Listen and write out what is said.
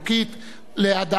לדעתי,